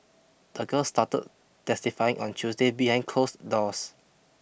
the girl started testifying on Tuesday behind closed doors